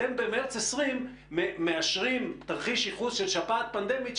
אתם במרס 20' מאשרים תרחיש ייחוס של שפעת פנדמית,